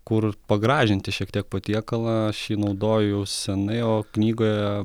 kur pagražinti šiek tiek patiekalą aš jį naudoju jau senai o knygoje